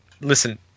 listen